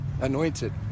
Anointed